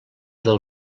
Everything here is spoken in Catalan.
del